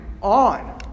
on